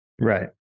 Right